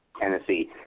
Tennessee